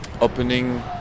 opening